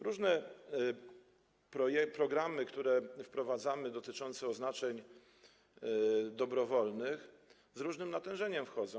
Różne programy, które wprowadzamy, dotyczące oznaczeń dobrowolnych, z różnym natężeniem wchodzą.